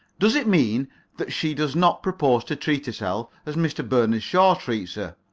does it mean that she does not propose to treat herself as mr. bernard shaw treats her?